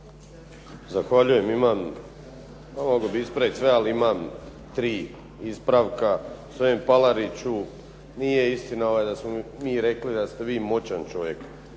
Zahvaljujem. Imam, pa mogao bih ispraviti sve, ali imam tri ispravka. Gospodine Palariću, nije istina ovo da smo mi rekli da ste vi moćan čovjek.